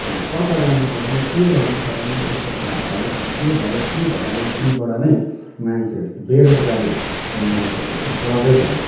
कता जानु पर्ने के गर्नु पर्ने यसको फा फलिफाप के भयो के भएन यहीँबाट नै मान्छेहरूले चाहिँ बेरोजगारीको महसुसहरू गर्दै जान्छन्